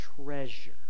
Treasure